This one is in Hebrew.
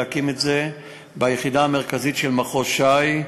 להקים את זה ביחידה המרכזית של מחוז ש"י,